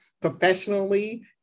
professionally